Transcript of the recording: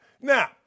Now